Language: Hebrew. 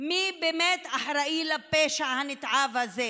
מי באמת אחראי לפשע הנתעב הזה,